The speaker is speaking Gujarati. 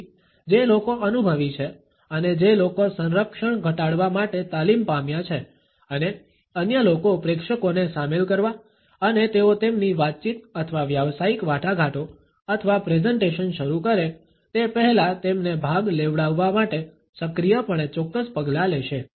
તેથી જે લોકો અનુભવી છે અને જે લોકો સંરક્ષણ ઘટાડવા માટે તાલીમ પામ્યા છે અને અન્ય લોકો પ્રેક્ષકોને સામેલ કરવા અને તેઓ તેમની વાતચીત અથવા વ્યાવસાયિક વાટાઘાટો અથવા પ્રેઝેંટેશન શરૂ કરે તે પહેલા તેમને ભાગ લેવડાવવા માટે સક્રિયપણે ચોક્કસ પગલાં લેશે